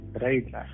right